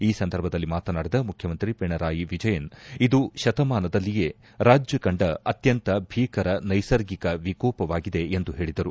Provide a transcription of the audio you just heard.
ಈ ಸಂದರ್ಭದಲ್ಲಿ ಮಾತನಾಡಿದ ಮುಖ್ಯಮಂತ್ರಿ ಪಿಣರಾಯಿ ವಿಜಯನ್ ಇದು ಈ ಶತಮಾನದಲ್ಲಿಯೇ ರಾಜ್ಯ ಕಂಡ ಅತ್ಯಂತ ಭೀಕರ ನೈಸರ್ಗಿಕ ವಿಕೋಪವಾಗಿದೆ ಎಂದು ಹೇಳಿದರು